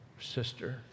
sister